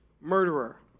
murderer